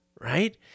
right